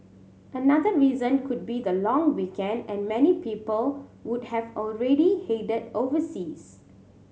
another reason could be the long weekend and many people would have already headed overseas